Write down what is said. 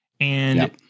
and-